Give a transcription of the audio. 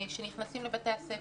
שנכנסים לבתי הספר,